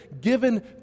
given